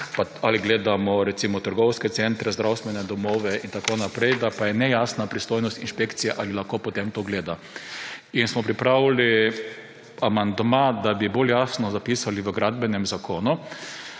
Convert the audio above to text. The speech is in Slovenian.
ali gledamo recimo trgovske centre, zdravstvene domove in tako naprej; da pa je nejasna pristojnost inšpekcije, ali lahko potem to gleda. In smo pripravili amandma, da bi bolj jasno zapisali v Gradbenem zakonu.